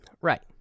Right